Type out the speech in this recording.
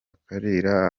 kalira